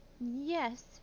Yes